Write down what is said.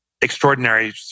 extraordinary